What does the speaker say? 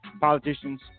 politicians